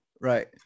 Right